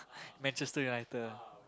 Manchester-United